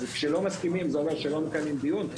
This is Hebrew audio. אז כשלא מסכימים זה אומר שלא מקיימים דיון?